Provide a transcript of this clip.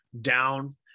down